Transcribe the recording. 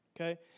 okay